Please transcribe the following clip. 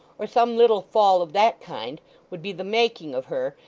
or some little fall of that kind would be the making of her,